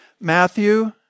Matthew